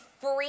free